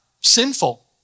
sinful